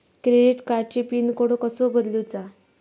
Credit कार्डची pin code कसो बदलुचा?